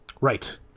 Right